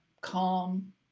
calm